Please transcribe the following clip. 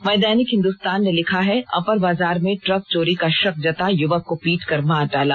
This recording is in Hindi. वहीं दैनिक हिन्दुस्तान ने लिखा है अपर बाजार में ट्रक चोरी का शक जता युवक को पीट कर मार डाला